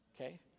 okay